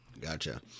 Gotcha